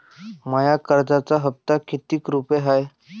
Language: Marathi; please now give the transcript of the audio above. माया कर्जाचा हप्ता कितीक रुपये हाय?